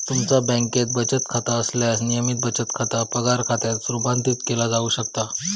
तुमचा बँकेत बचत खाता असल्यास, नियमित बचत खाता पगार खात्यात रूपांतरित केला जाऊ शकता